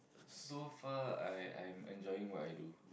so far I I'm enjoying what i do